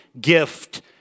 gift